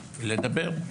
לדבר.